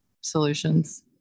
solutions